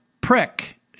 Prick